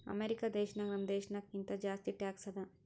America ದೇಶನಾಗ್ ನಮ್ ದೇಶನಾಗ್ ಕಿಂತಾ ಜಾಸ್ತಿ ಟ್ಯಾಕ್ಸ್ ಅದಾ